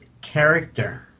character